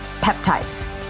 peptides